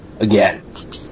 again